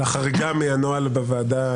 החריגה מהנוהל בוועדה.